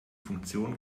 funktion